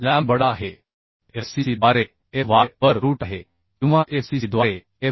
lambda हे FCC द्वारे Fy वर रूट आहे किंवा FCCद्वारे एफ